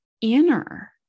inner